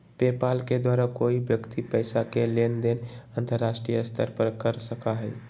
PayPal के द्वारा कोई व्यक्ति पैसा के लेन देन अंतर्राष्ट्रीय स्तर पर कर सका हई